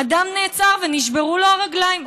אדם נעצר ונשברו לו הרגליים,